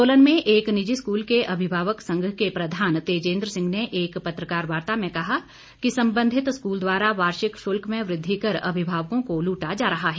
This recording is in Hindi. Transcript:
सोलन में एक निजी स्कूल के अभिभावक संघ के प्रधान तेजिन्द्र सिंह ने एक पत्रकार वार्ता में कहा कि संबंधित स्कूल द्वारा वार्षिक शुल्क में वृद्धि कर अभिभावकों को लूटा जा रहा है